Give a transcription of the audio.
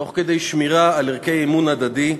תוך שמירה על ערכי אמון הדדי,